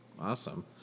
Awesome